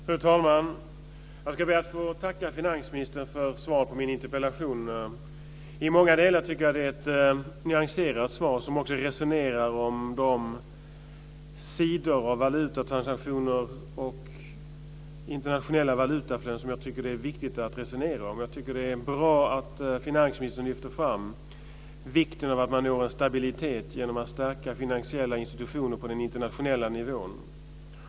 Fru talman! Jag ska be att få tacka finansministern för svaret på min interpellation. I många delar tycker jag att det är ett nyanserat svar där finansministern också resonerar om de sidor av valutatransaktioner och internationella valutaflöden som jag tycker att det är viktigt att resonera om. Jag tycker att det är bra att finansministern lyfter fram vikten av att man når en stabilitet genom att stärka finansiella institutioner på den internationella nivån.